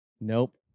Nope